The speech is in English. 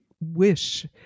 wish